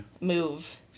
move